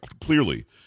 clearly